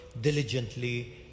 diligently